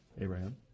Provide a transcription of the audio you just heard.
Abraham